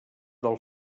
del